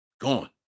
Gone